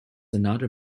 another